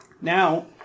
Now